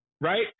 right